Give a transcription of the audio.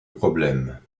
problème